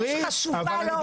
חומש חשובה לו.